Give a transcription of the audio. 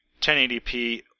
1080p